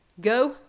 Go